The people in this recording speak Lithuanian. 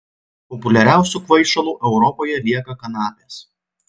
populiariausiu kvaišalu europoje lieka kanapės